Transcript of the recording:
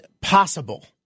possible